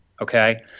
Okay